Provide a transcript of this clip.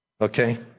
Okay